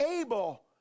able